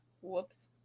Whoops